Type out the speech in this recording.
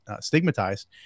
stigmatized